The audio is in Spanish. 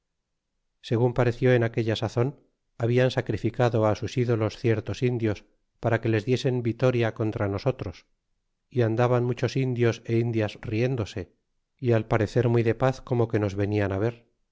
segun pareció en aquella sazon hablan sacrificado á sus ídolos ciertos indios para que les diesen vitoria contra nosotros y andaban muchos indios ó indias riéndose y al parecer muy de paz como que nos venian á ver